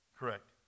Correct